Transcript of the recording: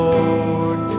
Lord